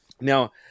Now